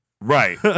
Right